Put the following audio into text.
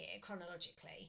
chronologically